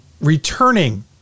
returning